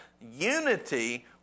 unity